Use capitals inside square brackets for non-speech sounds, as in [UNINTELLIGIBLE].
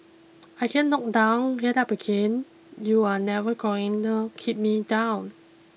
I get knocked down get up again you are never going [UNINTELLIGIBLE] keep me down